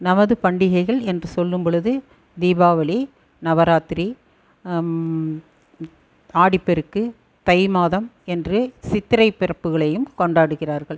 நமது பண்டிகைகள் என்று சொல்லும் பொழுது தீபாவளி நவராத்திரி ஆடிப்பெருக்கு தைமாதம் என்றே சித்திரை பிறப்புகளையும் கொண்டாடுகிறார்கள்